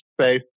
space